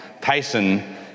Tyson